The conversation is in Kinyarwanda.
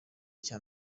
cya